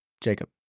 Jacob